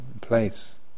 place